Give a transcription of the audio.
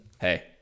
Hey